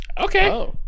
Okay